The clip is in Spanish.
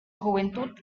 juventud